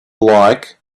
like